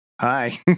Hi